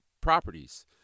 properties